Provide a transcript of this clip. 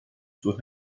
sus